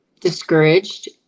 discouraged